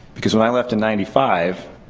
because, when i left in ninety five,